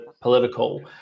political